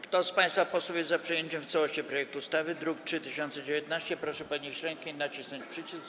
Kto z państwa posłów jest za przyjęciem w całości projektu ustawy w brzmieniu z druku nr 3019, proszę podnieść rękę i nacisnąć przycisk.